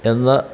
എന്ന്